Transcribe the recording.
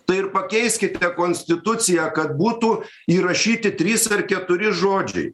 tai ir pakeiskite konstituciją kad būtų įrašyti trys ar keturi žodžiai